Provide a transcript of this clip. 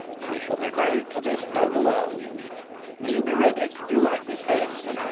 she shall be married to this noble earl will you be ready? do you like this haste?